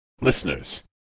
listeners